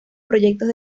proyectos